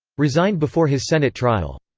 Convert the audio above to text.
resigned before his senate trial.